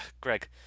Greg